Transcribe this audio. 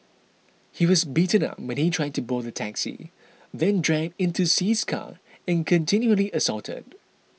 he was beaten up when he tried to board the taxi then dragged into Sea's car and continually assaulted